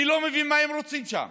אני לא מבין מה הם רוצים שם.